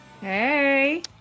Hey